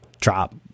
drop